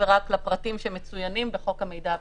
ורק לגבי הפרטים שמצוינים בחוק המידע הפלילי.